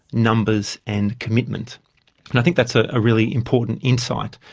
numbers and commitment, and i think that's a ah really important insight.